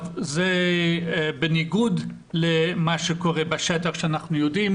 זה בניגוד למה שקורה בשטח, שאנחנו יודעים